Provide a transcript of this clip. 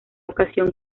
ocasión